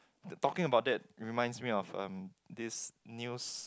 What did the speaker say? talking about that reminds me of um this news